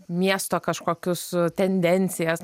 miesto kažkokius tendencijas